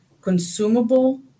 consumable